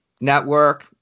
network